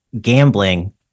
gambling